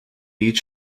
each